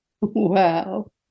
Wow